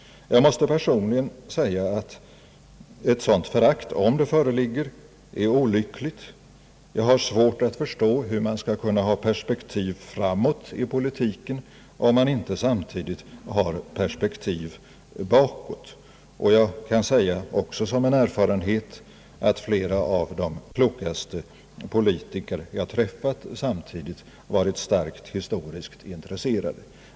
Om ett sådant förakt existerar måste jag personligen säga att det är olyckligt. Jag har svårt att förstå hur man skall kunna ha perspektiv framåt i politiken om man inte samtidigt har perspektiv bakåt. Låt mig också som en erfarenhet säga att flera av de klokaste politiker jag träffat samtidigt har varit starkt historiskt intresserade.